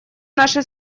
наши